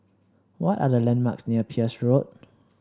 what are the landmarks near Peirce Road